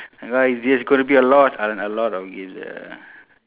because it's just gonna be a lot a a lot of games ya